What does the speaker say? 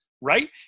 right